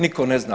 Niko ne zna.